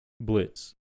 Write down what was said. blitz